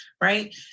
right